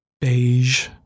beige